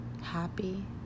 happy